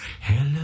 hello